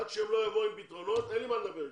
עד שהם לא יבואו עם פתרונות, אין לי מה לדבר אתם.